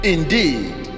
Indeed